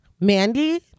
Mandy